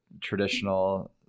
traditional